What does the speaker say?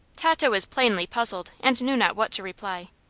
tato was plainly puzzled, and knew not what to reply.